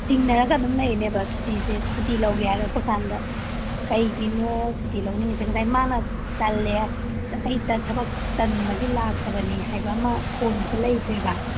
ꯆꯤꯡꯅꯔꯒ ꯑꯗꯨꯝ ꯂꯩꯅꯦꯕ ꯁꯨꯇꯤꯁꯦ ꯁꯨꯇꯤ ꯂꯧꯒꯦ ꯍꯥꯏꯔꯛꯄ ꯀꯥꯟꯗ ꯀꯩꯒꯤꯅꯣ ꯁꯨꯇꯤ ꯂꯧꯅꯤꯡꯉꯤꯁꯦ ꯉꯁꯥꯏ ꯃꯥꯅ ꯇꯜꯂꯦ ꯑꯩ ꯊꯕꯛ ꯇꯟꯕꯒꯤ ꯂꯥꯛꯇꯕꯅꯤ ꯍꯥꯏꯕ ꯑꯃ ꯀꯣꯟꯅꯗ ꯂꯩꯈ꯭ꯔꯦꯕ